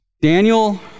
Daniel